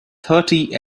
thirty